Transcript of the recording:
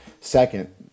Second